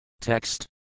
Text